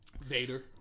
Vader